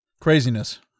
Craziness